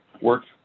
works